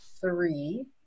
three